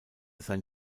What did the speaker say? sein